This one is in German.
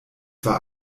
war